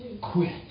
quit